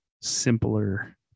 simpler